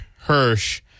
Hirsch